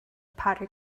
potter